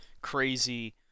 crazy